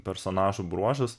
personažų bruožus